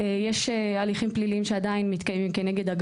יושרת.